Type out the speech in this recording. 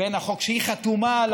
זה חלק מחוק חינוך חובה.